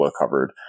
covered